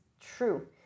true